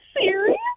serious